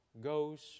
goes